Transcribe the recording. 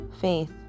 Faith